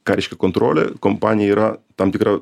ką reiškia kontrolė kompanija yra tam tikra